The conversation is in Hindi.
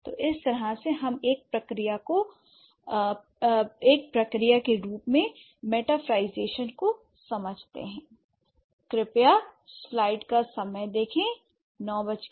तो इस तरह हम एक प्रक्रिया के रूप में मेटाफरlईजेशन को समझ गए